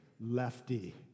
Lefty